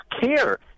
CARE